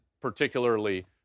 particularly